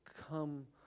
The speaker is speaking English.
come